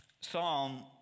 Psalm